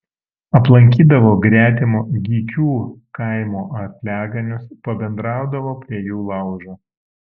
aplankydavo gretimo gykių kaimo arkliaganius pabendraudavo prie jų laužo